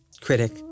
critic